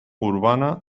urbana